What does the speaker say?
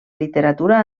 literatura